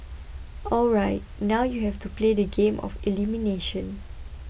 alright now you have to play the game of elimination